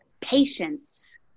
patience